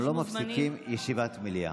אנחנו לא מפסיקים ישיבת מליאה.